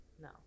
No